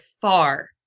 far